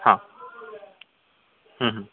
हां